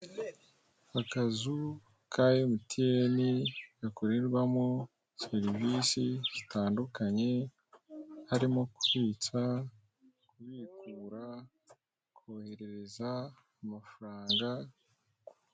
Akazu ka MTN gakorerwamo serivisi zitandukanye, harimo kubitsa, kubikura, koherereza amafaranga.